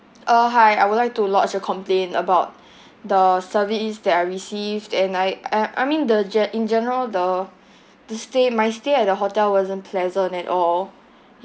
uh hi I would like to lodge a complaint about the service that I received and I I I mean the gen~ in general the the stay my stay at the hotel wasn't pleasant at all